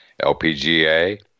LPGA